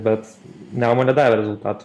bet nemune davė rezultatų